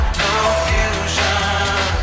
confusion